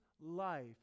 life